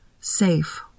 safe